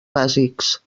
bàsics